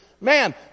Man